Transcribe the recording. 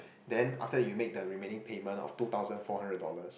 then after you make the remaining payment of two thousand four hundred dollar